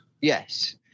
Yes